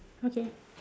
okay